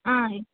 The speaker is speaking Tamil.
ஆ